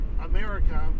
america